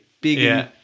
big